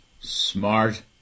smart